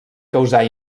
causar